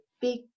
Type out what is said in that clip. big